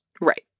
Right